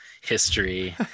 history